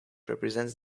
represents